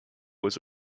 was